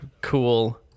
cool